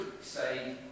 say